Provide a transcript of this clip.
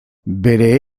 bere